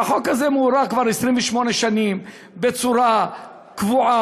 והחוק הזה מוארך כבר 28 שנים בצורה קבועה,